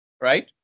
Right